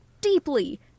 deeply